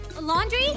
laundry